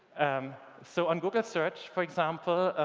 um so on google search, for example,